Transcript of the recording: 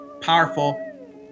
powerful